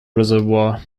reservoir